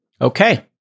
Okay